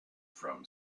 from